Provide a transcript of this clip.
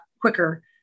quicker